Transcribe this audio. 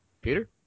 Peter